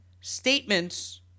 statements